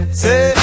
say